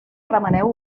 remeneu